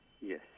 yes